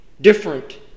different